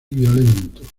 violento